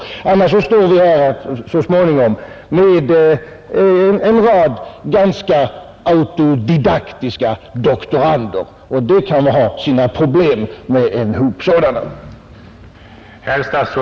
Annars står vi här så småningom med en rad ganska autodidaktiska doktorander, och det kan ha sina problem med en hop sådana.